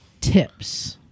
tips